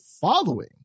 following